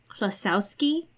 klosowski